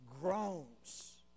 groans